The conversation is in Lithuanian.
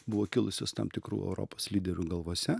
buvo kilusios tam tikrų europos lyderių galvose